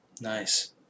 Nice